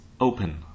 open